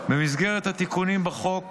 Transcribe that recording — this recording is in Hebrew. במסגרת התיקונים בחוק